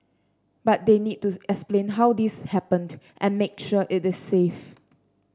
but they need to explain how this happened and make sure it is safe